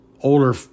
older